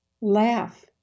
Laugh